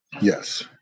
Yes